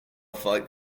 fight